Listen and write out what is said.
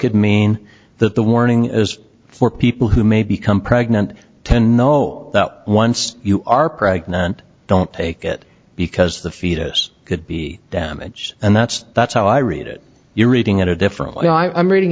could mean that the warning as for people who may become pregnant ten no once you are pregnant don't take it because the fetus could be damage and that's that's how i read it you're reading in a different way i'm reading